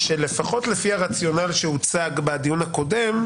לפחות לפי הרציונל שהוצג בדיון הקודם,